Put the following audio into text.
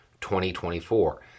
2024